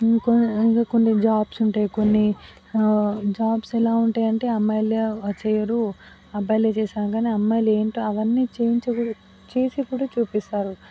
ఇంకా ఇక కొన్ని జాబ్స్ ఉంటాయి కొన్ని జాబ్స్ ఎలా ఉంటాయి అంటే అమ్మాయిలే చెయ్యరు అబ్బాయిలే చేస్తారు కానీ అమ్మాయిలు ఏంటో అవన్నీ చేయించకూడదు చేసి కూడా చూపిస్తారు